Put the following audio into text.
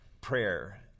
Prayer